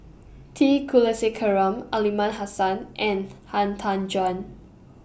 T Kulasekaram Aliman Hassan and Han Tan Juan